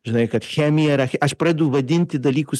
žinai kad chemija yra aš pradedu vadinti dalykus